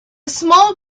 small